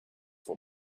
for